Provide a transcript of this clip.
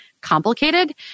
complicated